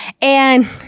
and-